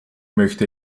möchte